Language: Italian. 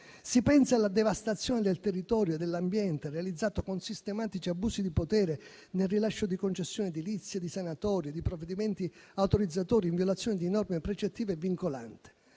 Si pensi alla devastazione del territorio e dell'ambiente realizzata con sistematici abusi di potere nel rilascio di concessioni edilizie, sanatorie o provvedimenti autorizzatori in violazione di norme precettive vincolanti.